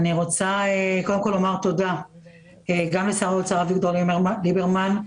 אני רוצה לומר תודה לשר האוצר אביגדור ליברמן,